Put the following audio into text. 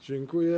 Dziękuję.